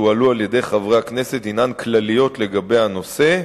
שהועלו על-ידי חברי הכנסת הינן כלליות לגבי הנושא,